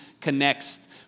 connects